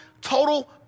total